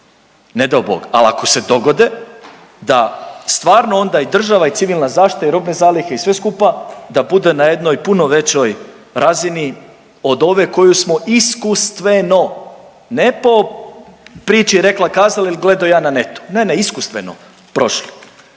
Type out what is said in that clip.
ne dao Bog, al ako se dogode da stvarno onda i država i civilna zaštita i robne zalihe i sve skupa da bude na jednoj puno većoj razini od ove koju smo iskustveno, ne po priči rekla kazala ili gledo ja na Net-u, ne, ne iskustveno prošli.